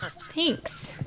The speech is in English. Thanks